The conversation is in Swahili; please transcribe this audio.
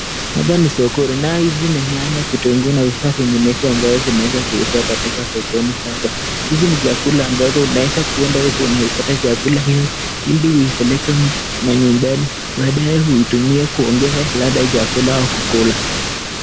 Hapa ni sokoni, nayo hizi ni nyanya, vitunguu na vifaa vinginevyo ambavyo vinaweza kuuzwa katika sokoni hapa. Hizi ni chakula ambazo unaweza kuenda huku unaipata chakula hizi ili upeleke manyumbani, baadaye uitumie kuongeza ladha ya chakula kukula.